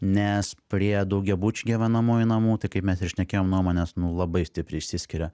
nes prie daugiabučių gyvenamųjų namų tai kaip mes ir šnekėjom nuomonės nu labai stipriai išsiskiria